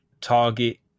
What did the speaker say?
Target